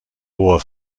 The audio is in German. hoher